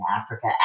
Africa